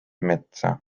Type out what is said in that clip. metsa